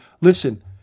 listen